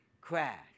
crash